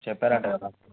చెప్పారంట కదా